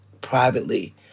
privately